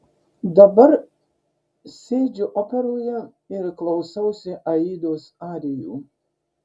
dabar sėdžiu operoje ir klausausi aidos arijų